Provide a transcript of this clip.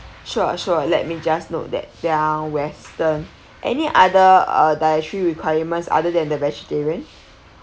sure sure let me just note that down western any other uh dietary requirements other than the vegetarian